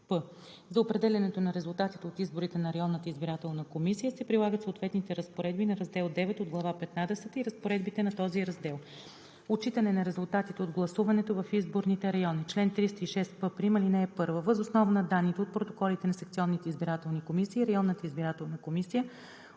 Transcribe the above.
За определянето на резултатите от изборите от районната избирателна комисия се прилагат съответните разпоредби на раздел IX от глава петнадесета и разпоредбите на този раздел. Отчитане на резултатите от гласуването в изборните райони Чл. 306п' (1) Въз основа на данните от протоколите на секционните избирателни комисии районната избирателна комисия